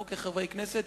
אנחנו כחברי כנסת,